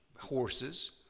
horses